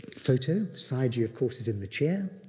photo. sayagyi of course is in the chair,